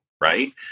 right